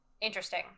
interesting